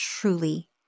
truly